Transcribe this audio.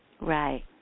Right